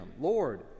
Lord